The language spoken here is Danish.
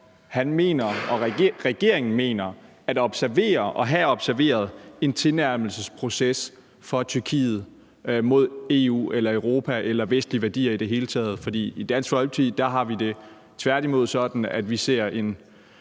ministeren og regeringen mener at have observeret en tilnærmelsesproces fra Tyrkiets side i retning af EU eller Europa eller vestlige værdier i det hele taget. For i Dansk Folkeparti har vi det tværtimod sådan, at vi ser en